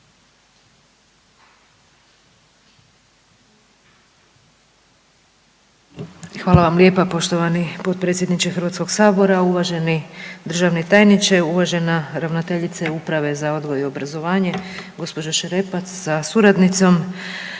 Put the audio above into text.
Hvala vam lijepa poštovani potpredsjedniče Hrvatskog sabora. Uvaženi državni tajniče, uvažena ravnateljice Uprave za odgoj i obrazovanje gospođa Šerepac sa suradnicom, evo dakle